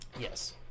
Yes